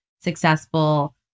successful